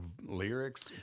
lyrics